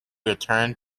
returned